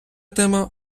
тема